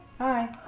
Hi